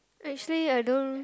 actually I don't